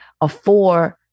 afford